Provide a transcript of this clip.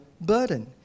burden